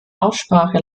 aussprache